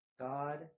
God